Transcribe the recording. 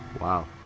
Wow